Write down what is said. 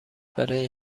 برای